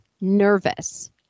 nervous